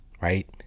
right